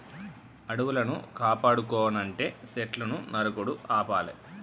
అడవులను కాపాడుకోవనంటే సెట్లును నరుకుడు ఆపాలి